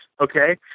okay